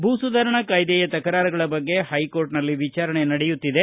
ಭೂ ಸುಧಾರಣಾ ಕಾಯ್ದೆಯ ತಕರಾರುಗಳ ಬಗ್ಗೆ ಹೈಕೋರ್ಟ್ನಲ್ಲಿ ವಿಚಾರಣೆ ನಡೆಯುತ್ತಿದೆ